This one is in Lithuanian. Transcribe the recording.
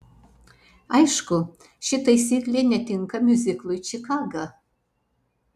aišku ši taisyklė netinka miuziklui čikaga